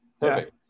perfect